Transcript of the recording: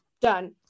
done